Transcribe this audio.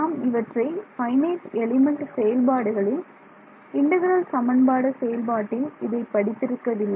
நாம் இவற்றை finite element செயல்பாடுகளில் இன்டெக்ரல் சமன்பாடு செயல்பாட்டில் இதை படித்திருக்கவில்லை